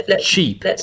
cheap